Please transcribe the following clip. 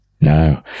No